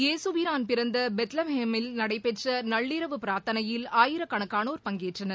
ஏசுபிரான் பிறந்த பெத்லகேமில் நடைபெற்ற நள்ளிரவு பிரார்த்தனையில் ஆயிரக்கணக்கானோர் பங்கேற்றனர்